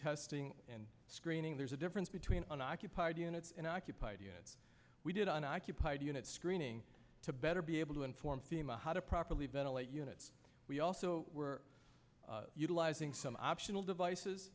testing and screening there's a difference between an occupied units and i keep idea that we did on occupied units screening to better be able to inform fema how to properly ventilate units we also were utilizing some optional devices